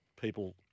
people